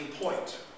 point